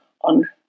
on